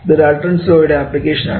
ഇത് ഡാൽടൺസ് ലോയുടെ ആപ്ലിക്കേഷനാണ്